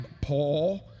Paul